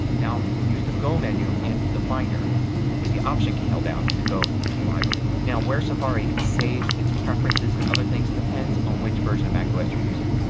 now use the go menu in the finder with the option key held down to go to library. now where safari saves its preferences and other things depends on which version of macos you're using.